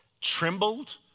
trembled